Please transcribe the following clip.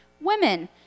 women